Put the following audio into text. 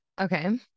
Okay